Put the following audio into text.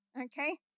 Okay